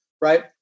right